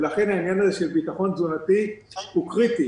לכן העניין הזה של ביטחון תזונתי הוא קריטי